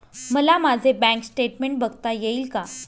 मला माझे bank statement बघता येईल का?